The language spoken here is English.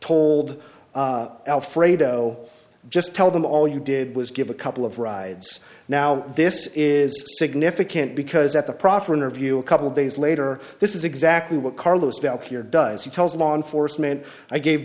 told alfredo just tell them all you did was give a couple of rides now this is significant because at the proffer interview a couple of days later this is exactly what carlos failed here does he tells law enforcement i gave